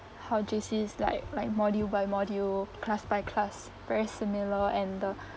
how J_C is like like module by module class by class very similar and the